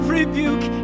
rebuke